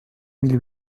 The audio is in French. mille